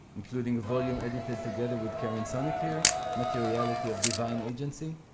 including volume edited together with karen sonik here, materiality of divine agency.